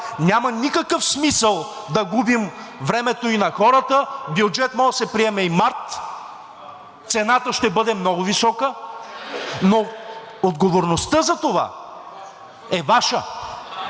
Няма никакъв смисъл да губим времето и на хората. Бюджет може да се приеме и март. Цената ще бъде много висока, но отговорността за това е Ваша…